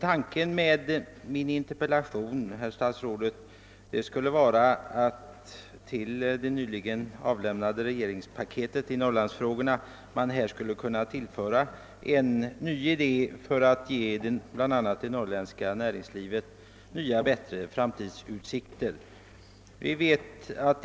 Tanken med min interpellation, herr statsråd, var att det nyligen avlämnade regeringspaketet i Norrlandsfrågorna skulle kunna tillföras en ny idé för att ge bland annat det norrländska näringslivet nya och bättre framtidsutsikter.